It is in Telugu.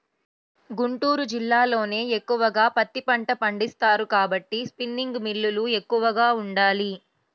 గుంటూరు జిల్లాలోనే ఎక్కువగా పత్తి పంట పండిస్తారు కాబట్టి స్పిన్నింగ్ మిల్లులు ఎక్కువగా ఉండాలి